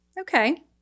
Okay